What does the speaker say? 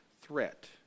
threat